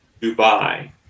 Dubai